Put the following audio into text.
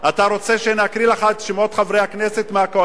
אתה רוצה שאני אקריא לך את שמות חברי הכנסת מהקואליציה?